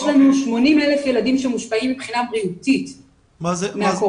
יש לנו 80,000 ילדים שמושפעים מבחינה בריאותית מהקורונה,